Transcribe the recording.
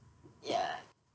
ya